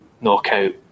knockout